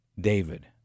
david